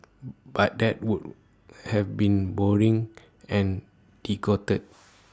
but that would have been boring and bigoted